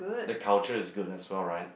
the culture is good as well right